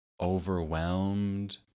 overwhelmed